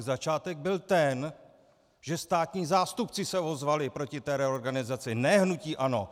Začátek byl ten, že státní zástupci se ozvali proti té reorganizaci, ne hnutí ANO.